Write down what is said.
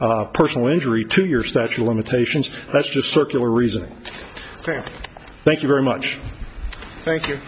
personal injury to your statue of limitations that's just circular reasoning thank you very much thank you